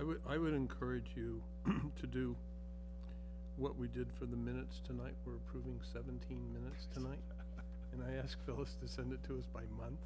i would i would encourage you to do what we did for the minutes tonight we're proving seventeen minutes tonight and i ask phyllis to send it to us by month